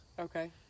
Okay